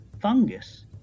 fungus